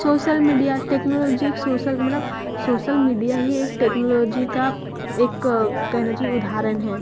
social media technology social मतलब social media एक technology का एक कह लीजिए उदाहरण है